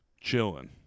chilling